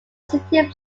city